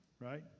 Right